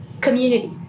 community